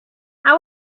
how